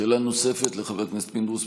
שאלה נוספת לחבר הכנסת פינדרוס.